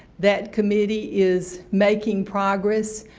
that committee is making progress,